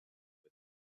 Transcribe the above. with